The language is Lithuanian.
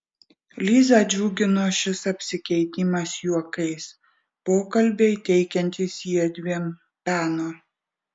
lizą džiugino šis apsikeitimas juokais pokalbiai teikiantys jiedviem peno